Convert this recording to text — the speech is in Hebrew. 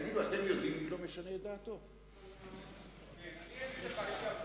תגידו, אתם יודעים, אני אגיד לך.